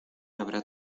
habrá